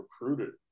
recruited